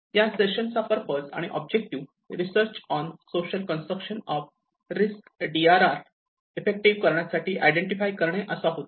या सेशन चा पर्पज आणि objective research on social construction of risk D R R effective करण्यासाठी identify करणे असा होता